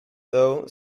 though